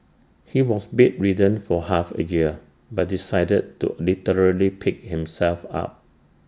he was bedridden for half A year but decided to literally pick himself up